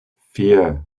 vier